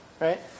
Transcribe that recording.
right